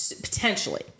Potentially